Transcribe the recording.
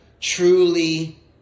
truly